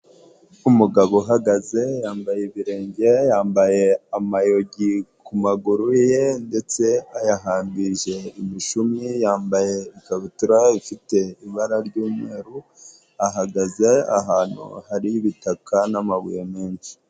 Umugabo uhagaze yambaye ibirenge, yambaye amayugi ku maguru ye ndetse ayahambirije imishumi, yambaye ikabutura ifite ibara ry'umweru ahagaze ahantu hari ibitaka n'amabuye menshi.